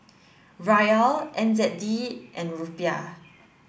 Riyal N Z D and Rupiah